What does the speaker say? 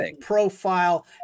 Profile